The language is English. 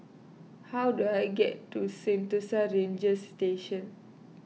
how do I get to Sentosa Ranger Station